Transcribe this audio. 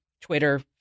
Twitter